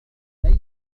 ليس